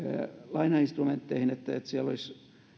lainainstrumentteihin että siellä olisi